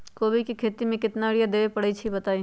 कोबी के खेती मे केतना यूरिया देबे परईछी बताई?